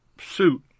suit